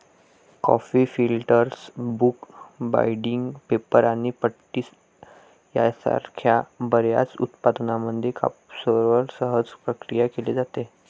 coffee filters, book binding, paper आणि पट्टी यासारख्या बर्याच उत्पादनांमध्ये कापूसवर सहज प्रक्रिया केली जाते